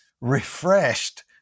refreshed